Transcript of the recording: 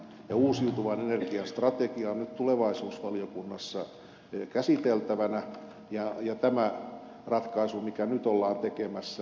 uusiutuvan energian strategia on nyt tulevaisuusvaliokunnassa käsiteltävänä ja tämä ratkaisu ollaan nyt tekemässä